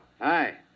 Hi